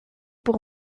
pour